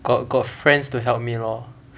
got got friends to help me lor